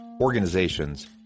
organizations